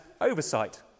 oversight